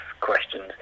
questions